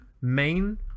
Main